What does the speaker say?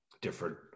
different